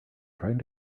trying